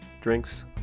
drinks